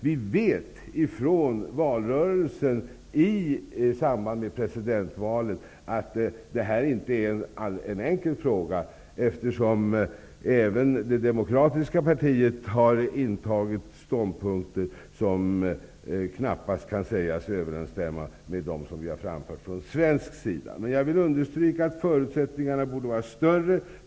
Vi vet från valrörelsen i samband med presidentvalet att det här inte är en enkel fråga, eftersom även det demokratiska partiet har intagit ståndpunkter som knappast kan sägas överensstämma med dem som vi har framfört från svensk sida, men jag vill understryka att förutsättningarna nu borde vara större.